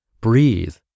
Breathe